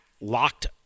Locked